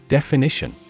Definition